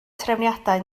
trefniadau